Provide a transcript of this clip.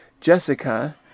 Jessica